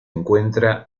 encuentra